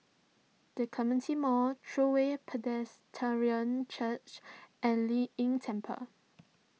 the Clementi Mall True Way Presbyterian Church and Lei Yin Temple